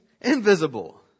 invisible